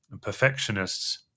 Perfectionists